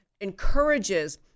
encourages